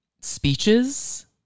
speeches